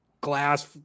glass